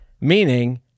meaning